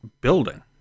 building